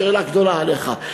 אם ככה השאלה עליך גדולה עוד יותר,